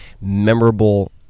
memorable